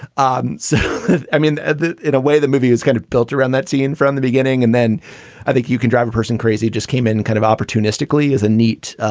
ah and so i mean, in a way, the movie is kind of built around that scene from the beginning. and then i think you can drive a person crazy. just came in kind of opportunistically as a neat